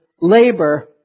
labor